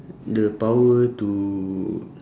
the power to